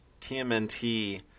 TMNT